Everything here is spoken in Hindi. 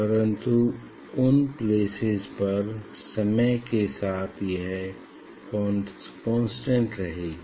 परन्तु उन प्लेसेस पर समय के साथ यह कांस्टेंट रहेगी